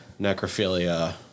necrophilia